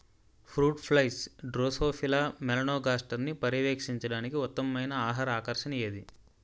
Fruit flies Drosophila మెలనోగాస్టర్ని పర్యవేక్షించడానికి ఉత్తమమైన ఆహార ఆకర్షణ ఏది?